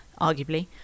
arguably